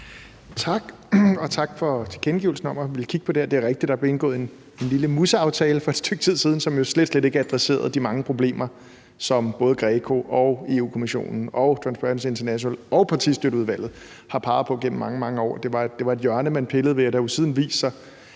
kigge på det her. Det er rigtigt, at der blev indgået en lille museaftale for et stykke tid siden, som jo slet, slet ikke adresserede de mange problemer, som både GRECO og Europa-Kommissionen og Transperancy International og Partistøtteudvalget har peget på gennem mange, mange år. Det var et hjørne, man pillede ved, og det har jo siden vist sig,